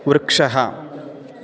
वृक्षः